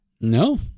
no